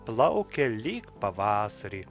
plaukia lyg pavasarį